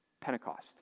Pentecost